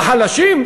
בחלשים,